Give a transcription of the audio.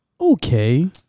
Okay